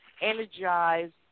energized